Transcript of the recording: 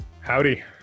Howdy